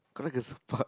correct this part